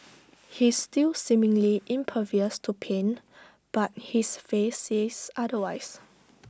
he's still seemingly impervious to pain but his face says otherwise